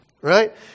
right